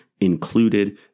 included